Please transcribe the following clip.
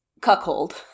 cuckold